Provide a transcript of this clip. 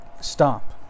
stop